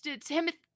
Timothy